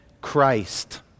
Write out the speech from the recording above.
Christ